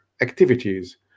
activities